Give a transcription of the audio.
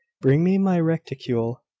bring me my reticule.